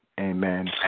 amen